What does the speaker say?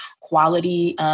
quality